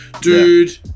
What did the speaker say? Dude